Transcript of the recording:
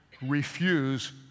Refuse